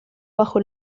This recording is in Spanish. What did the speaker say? bajo